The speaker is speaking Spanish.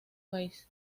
país